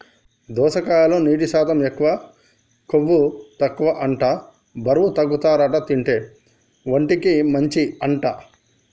దోసకాయలో నీటి శాతం ఎక్కువ, కొవ్వు తక్కువ అంట బరువు తగ్గుతారట తింటే, ఒంటికి మంచి అంట